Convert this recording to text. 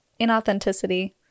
inauthenticity